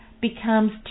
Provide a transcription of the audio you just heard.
becomes